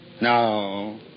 No